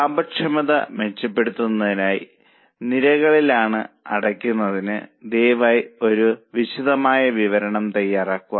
ലാഭക്ഷമത മെച്ചപ്പെടുത്തുന്നതിനായി നിരകളിലൊന്ന് അടയ്ക്കുന്നതിന് ദയവായി ഒരു വിശദമായ വിവരണം തയാറാക്കുക